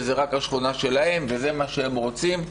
וזאת רק השכונה שלהם וזה מה שהם רוצים,